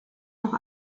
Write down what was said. noch